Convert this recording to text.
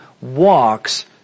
walks